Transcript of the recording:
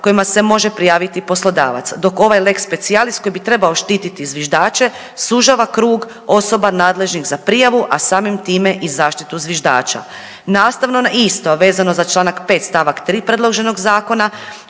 kojima se može prijaviti poslodavac. Dok ovaj lex specialis koji bi trebao štiti zviždače sužava krug osoba nadležnih za prijavu, a samim time i zaštitu zviždača. Nastavno na isto, a vezano za čl. 5. st. 3. predloženog zakona